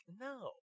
no